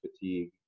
fatigue